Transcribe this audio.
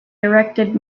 erected